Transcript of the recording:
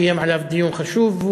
קיים עליו דיון חשוב,